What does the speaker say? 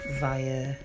via